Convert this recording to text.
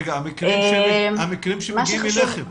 זה המקרים שמגיעים אליכם?